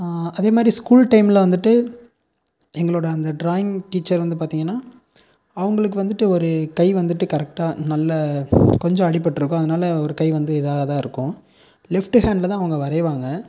அதேமாதிரி ஸ்கூல் டைமில் வந்துட்டு எங்களோடய அந்த டிராயிங் டீச்சர் வந்து பார்த்திங்கன்னா அவங்களுக்கு வந்துட்டு ஒரு கை வந்துட்டு கரெக்டாக நல்ல கொஞ்சம் அடிப்பட்டிருக்கும் அதனால ஒரு கை வந்து இதாக தான் இருக்கும் லெஃப்ட்டு ஹேண்டில் தான் அவங்க வரைவாங்க